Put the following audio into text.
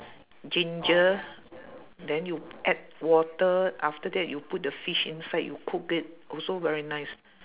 ginger then you add water after that you put the fish inside you cook it also very nice